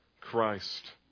Christ